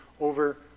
over